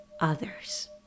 others